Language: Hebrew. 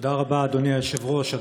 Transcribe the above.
תודה רבה, אדוני היושב-ראש.